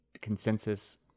consensus